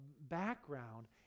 background